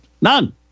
None